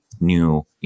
new